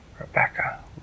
Rebecca